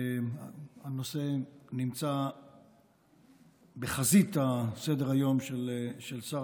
הנושא נמצא בחזית סדר-היום של שר